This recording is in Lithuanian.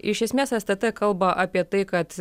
iš esmės stt kalba apie tai kad